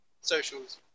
socials